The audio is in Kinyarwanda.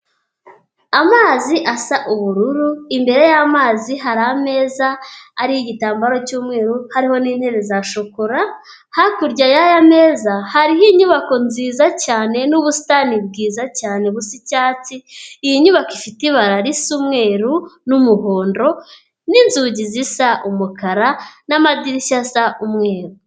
Amazi asa ubururu, imbere ya mazi hari ameza hari igitambaro cy'umweru hariho n'intebe za shokora, hakurya y'aya meza hariho inyubako nziza cyane n'ubusitani bwiza cyane busa icyatsi, iyi nyubako ifite ibara risa umweru, n'umuhondo, n'inzugi zisa umukara n'amadirishya asa umweru.